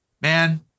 man